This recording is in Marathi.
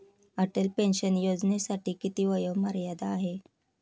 अटल पेन्शन योजनेसाठी किती वयोमर्यादा आहे?